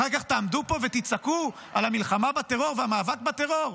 אחר כך תעמדו פה ותצעקו על המלחמה בטרור והמאבק בטרור?